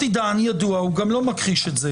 מתי דן, ידוע הוא גם לא מכחיש את זה